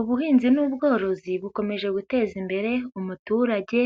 Ubuhinzi n'ubworozi bukomeje guteza imbere umuturage